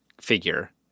figure